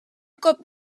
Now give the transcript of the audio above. cop